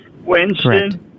Winston